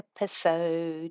episode